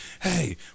hey